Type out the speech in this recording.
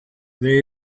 they